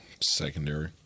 Secondary